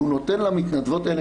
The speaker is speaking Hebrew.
והוא נותן למנדבות האלה,